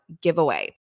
giveaway